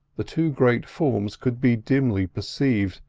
the two great forms could be dimly perceived,